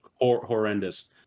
horrendous